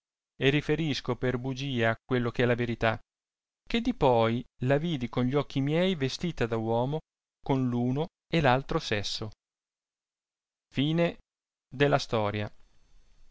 verità le la era e che di poi la vidi con gli occhi miei vestita da uomo con l'uno e l'altro sesso